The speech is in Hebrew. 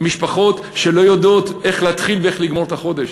משפחות שלא יודעות איך להתחיל ואיך לגמור את החודש?